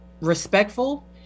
respectful